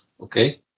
okay